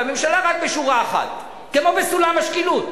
והממשלה, רק בשורה אחת, כמו בסולם השקילות.